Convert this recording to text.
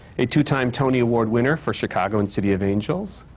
a two time tony award winner for chicago and city of angels.